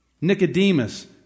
Nicodemus